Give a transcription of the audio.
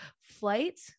Flight